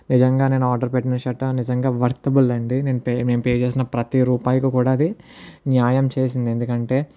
నిజంగా నేను ఆర్డర్ పెట్టిన షర్ట్ నిజంగా వర్తబుల్ అండి నేను పే నేను పే చేసిన ప్రతి రూపాయి కూడా అది న్యాయం చేసింది ఎందుకంటే